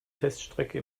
teststrecke